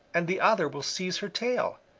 and the other will seize her tail,